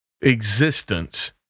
existence